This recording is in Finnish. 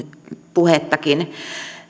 puhettakin